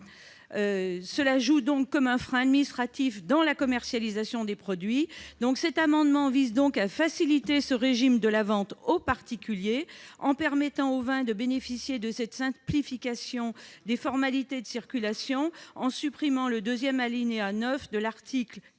Cela joue donc comme un frein administratif dans la commercialisation des produits. Cet amendement vise donc à faciliter ce régime de la vente au particulier en permettant aux vins de bénéficier de cette simplification des formalités de circulation, en supprimant le second alinéa du 9 de l'article 458